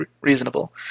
reasonable